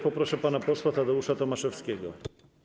Poproszę pana posła Tadeusza Tomaszewskiego.